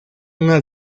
una